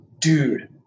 Dude